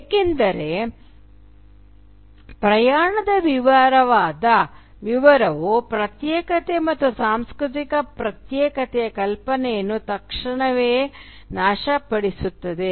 ಏಕೆಂದರೆ ಪ್ರಯಾಣದ ವಿವರವಾದ ವಿವರವು ಪ್ರತ್ಯೇಕತೆ ಮತ್ತು ಸಾಂಸ್ಕೃತಿಕ ಪ್ರತ್ಯೇಕತೆಯ ಕಲ್ಪನೆಯನ್ನು ತಕ್ಷಣವೇ ನಾಶಪಡಿಸುತ್ತದೆ